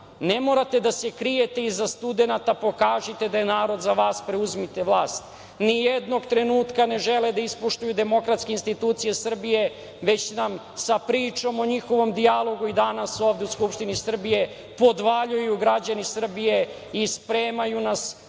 ne morate da se krijete iza studenata, pokažite da je narod za vas, preuzmite vlast. Nijednog trenutka ne žele da ispoštuju demokratske institucije Srbije, već nam sa pričom o njihovom dijalogu i danas ovde u Skupštini Srbije podvaljuju, građani Srbije, i spremaju nas za